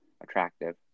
attractive